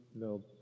No